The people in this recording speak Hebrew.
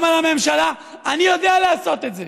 גם על הממשלה, אני יודע לעשות את זה,